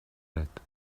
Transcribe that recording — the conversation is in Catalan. dret